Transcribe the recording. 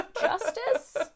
justice